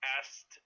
asked